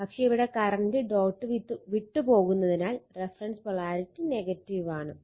പക്ഷെ ഇവിടെ current dot വിട്ട് പോകുന്നതിനാൽ റഫറൻസ് പൊളാരിറ്റി ആണ്